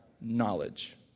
knowledge